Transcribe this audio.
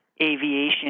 aviation